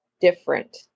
different